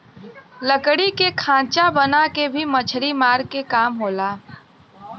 लकड़ी के खांचा बना के भी मछरी मारे क काम होला